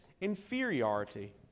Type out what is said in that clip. inferiority